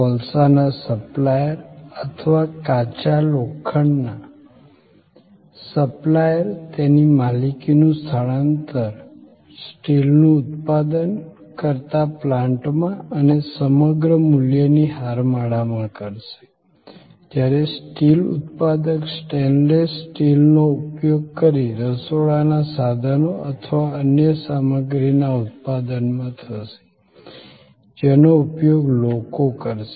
કોલસાના supplier અથવા કાચા લોખંડના સપ્લાયર તેની માલિકીનું સ્થાનાંતર સ્ટીલનું ઉત્પાદન કરતા પ્લાન્ટમાં અને સમગ્ર મૂલ્યની હારમાળામાં કરશે જ્યારે સ્ટીલ ઉત્પાદક સ્ટેનલેસ સ્ટીલનો ઉપયોગ રસોડાનાં સાધનો અથવા અન્ય સામગ્રીના ઉત્પાદનમાં થશે જેનો ઉપયોગ લોકો કરશે